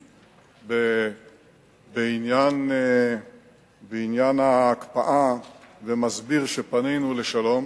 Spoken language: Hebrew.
בעניין ההקפאה ומסביר שפנינו לשלום,